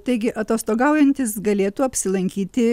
taigi atostogaujantys galėtų apsilankyti